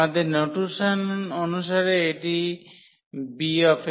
আমাদের নোটেসন অনুসারে এটি Bnm